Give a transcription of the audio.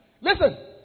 Listen